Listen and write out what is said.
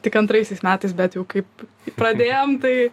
tik antraisiais metais bet jau kaip pradėjom tai